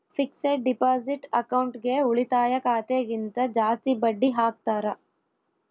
fixed deposit ಅಕೌಂಟ್ಗೆ ಉಳಿತಾಯ ಖಾತೆ ಗಿಂತ ಜಾಸ್ತಿ ಬಡ್ಡಿ ಹಾಕ್ತಾರ